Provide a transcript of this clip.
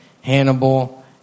Hannibal